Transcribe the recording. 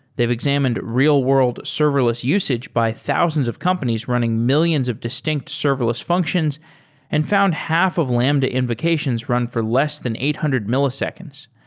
they've examined real-world serverless usage by thousands of companies running millions of distinct serverless functions and found half of lambda implications run for less than eight hundred milliseconds.